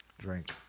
Drink